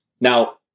now